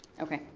okay.